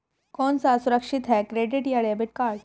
कौन सा सुरक्षित है क्रेडिट या डेबिट कार्ड?